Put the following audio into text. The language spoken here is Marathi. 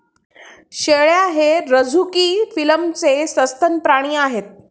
शेळ्या हे रझुकी फिलमचे सस्तन प्राणी आहेत